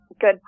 good